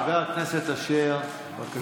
חבר הכנסת אשר, בבקשה.